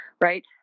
right